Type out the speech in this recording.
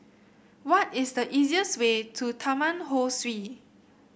what is the easiest way to Taman Ho Swee